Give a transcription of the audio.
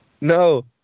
no